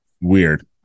weird